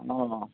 ও